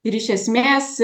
ir iš esmės